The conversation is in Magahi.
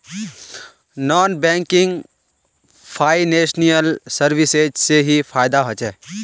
नॉन बैंकिंग फाइनेंशियल सर्विसेज से की फायदा होचे?